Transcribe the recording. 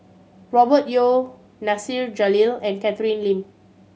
Robert Yeo Nasir Jalil and Catherine Lim